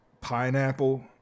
pineapple